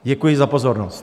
Děkuji za pozornost.